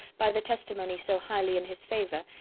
by the testimony so highly in his favour,